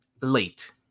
Late